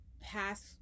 past